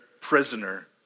prisoner